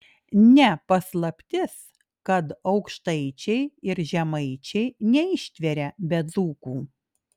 ne paslaptis kad aukštaičiai ir žemaičiai neištveria be dzūkų